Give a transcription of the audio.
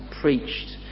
preached